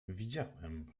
widziałem